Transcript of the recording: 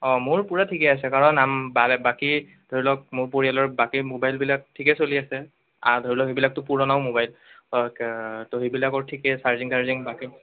অঁ মোৰ পূৰা ঠিকে আছে কাৰণ বাকী ধৰি লওক মোৰ পৰিয়ালৰ বাকী ম'বাইলবিলাক ঠিকে চলি আছে ধৰি লওক সেইবিলাকতো পুৰণাও ম'বাইল তো সেইবিলাকৰ ঠিকে চাৰ্জিং তাৰ্জিং বাকী